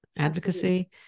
advocacy